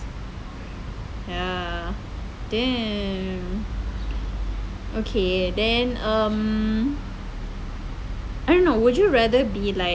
ya damn okay then um I don't know would you rather be like